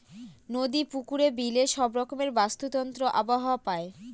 নদী, পুকুরে, বিলে সব রকমের বাস্তুতন্ত্র আবহাওয়া পায়